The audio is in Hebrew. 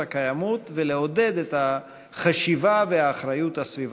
הקיימות ולעודד את החשיבה והאחריות הסביבתית.